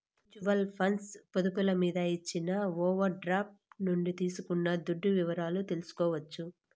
mutual funds పొదుపులు మీద ఇచ్చిన ఓవర్ డ్రాఫ్టు నుంచి తీసుకున్న దుడ్డు వివరాలు తెల్సుకోవచ్చు